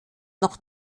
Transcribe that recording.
noch